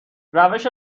روش